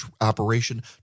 operation